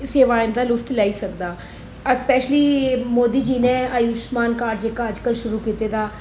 सेवाएं दा लुफ्त लेई सकदा असपेशली मोदी जी नै आयुष्मान कार्ड जेह्का अज्जकल शुरू कीते दा